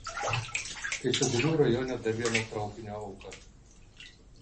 kaišiadorių rajone dar viena traukinio auka